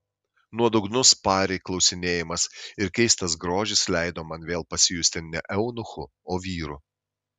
nuodugnus pari klausinėjimas ir keistas grožis leido man vėl pasijusti ne eunuchu o vyru